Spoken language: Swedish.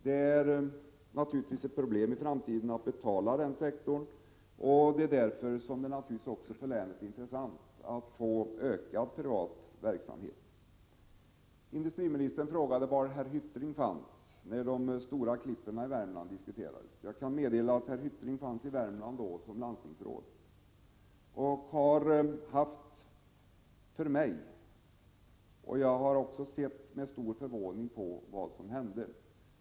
Det är naturligtvis ett problem i framtiden att betala denna sektor. Det är därför som det för länet är intressant att få ökad privat verksamhet. Industriministern frågade var herr Hyttring fanns när de stora klippen i Värmland diskuterades. Jag vill meddela att herr Hyttring fanns i Värmland som landstingsråd. Jag såg med stor förvåning på vad som hände.